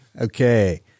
Okay